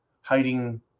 hiding